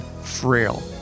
frail